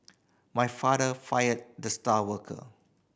my father fired the star worker